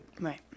Right